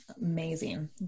Amazing